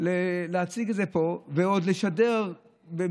להציג את זה פה ועוד לשדר אמון.